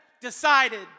decided